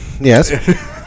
yes